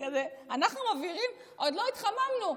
אבל אנחנו לא חתמנו.